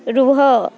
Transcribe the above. ରୁହ